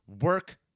work